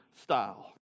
style